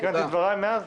תיקנתי את דבריי מאז?